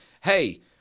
hey